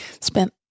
spent